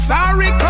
Sorry